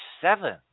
seven